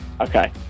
Okay